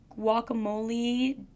guacamole